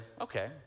okay